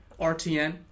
RTN